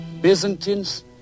Byzantines